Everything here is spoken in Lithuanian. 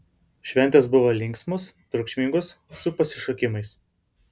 šventės buvo linksmos triukšmingos su pasišokimais